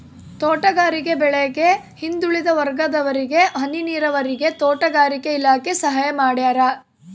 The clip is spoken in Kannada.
ತೋಟಗಾರಿಕೆ ಬೆಳೆಗೆ ಹಿಂದುಳಿದ ವರ್ಗದವರಿಗೆ ಹನಿ ನೀರಾವರಿಗೆ ತೋಟಗಾರಿಕೆ ಇಲಾಖೆ ಸಹಾಯ ಮಾಡ್ಯಾರ